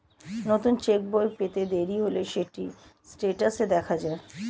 নতুন চেক্ বই পেতে দেরি হলে সেটি স্টেটাসে দেখা যায়